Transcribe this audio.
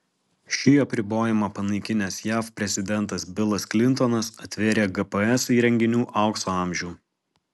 šį apribojimą panaikinęs jav prezidentas bilas klintonas atvėrė gps įrenginių aukso amžių